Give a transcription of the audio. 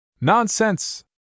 Nonsense